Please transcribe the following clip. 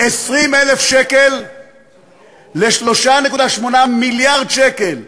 20,000 שקל מ-3.8 מיליארד שקל.